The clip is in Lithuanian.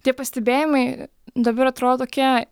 tie pastebėjimai dabar atrodo tokie